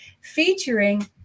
featuring